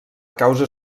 causa